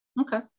Okay